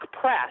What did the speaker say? press